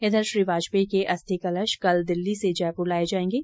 इधर श्री वाजपेयी के अस्थिकलश कल दिल्ली से जयपुर लाये जायेंगे